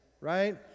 right